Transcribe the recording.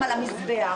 עוד שנה וחצי,